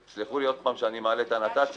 תסלחו לי עוד פעם שאני מעלה את עניין הנת"צים,